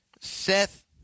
Seth